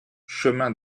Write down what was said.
chemin